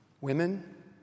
Women